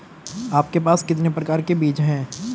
आपके पास कितने प्रकार के बीज हैं?